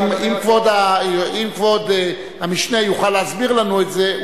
אם כבוד המשנה יוכל להסביר לנו את זה,